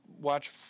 watch